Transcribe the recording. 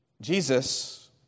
Jesus